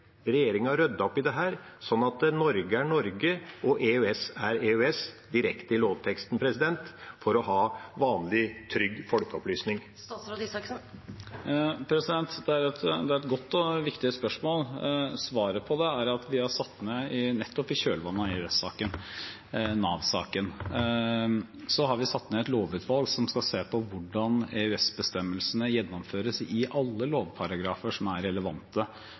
regjeringa ryddet opp i dette, sånn at Norge er Norge og EØS er EØS direkte i lovteksten, for å ha vanlig trygg folkeopplysning? Det er et godt og viktig spørsmål. Svaret på det er at vi har satt ned, nettopp i kjølvannet av Nav-saken, et lovutvalg som skal se på hvordan EØS-bestemmelsene gjennomføres i alle lovparagrafer som er relevante